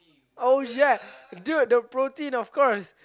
oh yes dude the protein of course